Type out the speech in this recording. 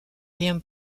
rien